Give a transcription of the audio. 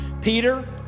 Peter